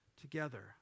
together